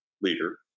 leader